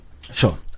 Sure